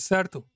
Certo